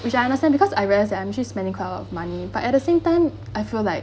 which I understand because I very I'm actually spending quite a lot of money but at the same time I feel like